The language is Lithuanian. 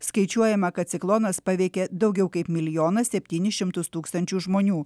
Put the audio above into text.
skaičiuojama kad ciklonas paveikė daugiau kaip milijoną septynis šimtus tūkstančių žmonių